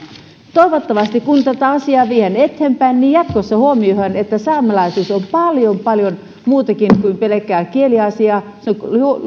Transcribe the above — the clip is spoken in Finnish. toivottavasti kun tätä asiaa viedään eteenpäin jatkossa huomioidaan että saamelaisuus on paljon paljon muutakin kuin pelkkää kieliasiaa se on